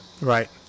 Right